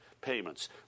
payments